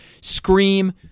Scream